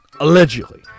allegedly